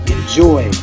enjoy